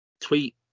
Tweet